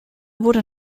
wurde